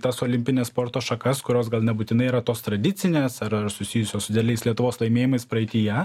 tas olimpines sporto šakas kurios gal nebūtinai yra tos tradicinės ar ar susijusios su dideliais lietuvos laimėjimais praeityje